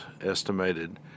estimated